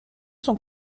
sont